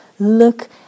Look